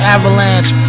Avalanche